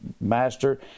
master